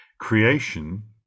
Creation